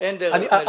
-- אין דרך מלך כזאת.